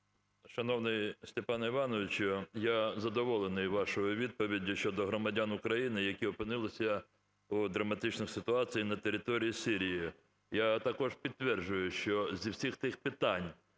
Шановний Степане Івановичу, я задоволений вашою відповіддю щодо громадян України, які опинилися у драматичній ситуації на території Сирії. Я також підтверджую, що зі всіх тих питань,